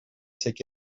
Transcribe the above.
take